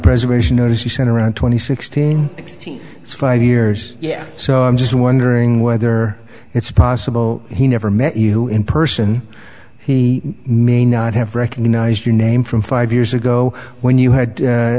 preservation notice you sent around twenty six to sixty five years yeah so i'm just wondering whether it's possible he never met you in person he may not have recognized your name from five years ago when you had